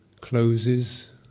closes